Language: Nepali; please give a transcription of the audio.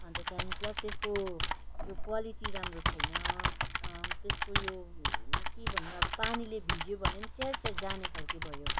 अन्त त्यहाँदेखि प्लस त्यसको यो क्वालिटी राम्रो छैन त्यसको यो के भन्नु अब पानीले भिज्यो भने च्यार च्यार जाने खाले भयो